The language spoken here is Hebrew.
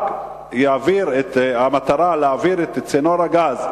רק במטרה להעביר את צינור הגז,